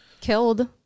Killed